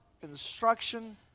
instruction